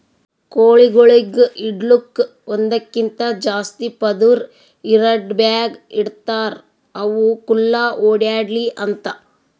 ಕೋಳಿಗೊಳಿಗ್ ಇಡಲುಕ್ ಒಂದಕ್ಕಿಂತ ಜಾಸ್ತಿ ಪದುರ್ ಇರಾ ಡಬ್ಯಾಗ್ ಇಡ್ತಾರ್ ಅವು ಖುಲ್ಲಾ ಓಡ್ಯಾಡ್ಲಿ ಅಂತ